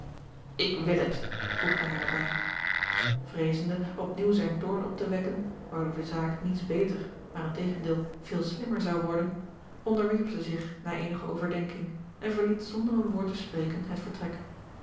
ik wil het voegde hij er bij vreezende op nieuw zijn toorn op te wekken waardoor de zaak niets beter maar integendeel veel slimmer zou worden onderwierp zij zich na eenige overdenking en verliet zonder een woord te spreken het vertrek